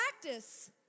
practice